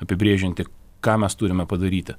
apibrėžianti ką mes turime padaryti